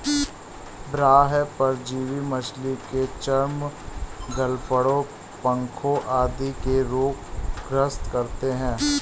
बाह्य परजीवी मछली के चर्म, गलफडों, पंखों आदि के रोग ग्रस्त करते है